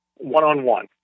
one-on-one